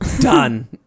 done